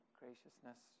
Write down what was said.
graciousness